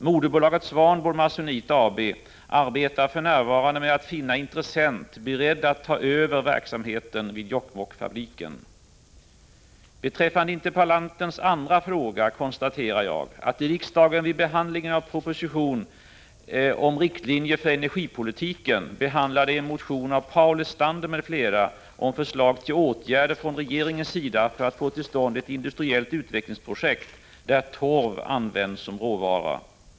Moderbolaget Swanboard Masonite AB arbetar för närvarande med att finna intressent, beredd att ta över verksamheten vid Jokkmokksfabriken. Beträffande interpellantens andra fråga konstaterar jag att riksdagen vid behandlingen av proposition 1984/85:120 om riktlinjer för energipolitiken behandlade en motion av Paul Lestander m.fl. om förslag till åtgärder från regeringens sida för att få till stånd ett industriellt utvecklingsprojekt, där torv används som råvara.